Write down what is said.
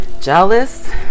jealous